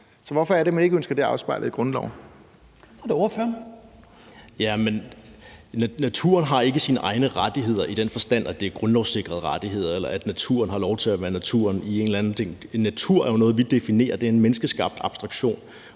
Ordføreren. Kl. 15:55 Steffen W. Frølund (LA): Naturen har ikke sin egne rettigheder i den forstand, at det er grundlovssikrede rettigheder, eller at naturen har lov til at være naturen i en eller anden tænkt forstand. Natur er jo noget, vi definerer. Det er en menneskeskabt abstraktion,